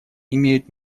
имеют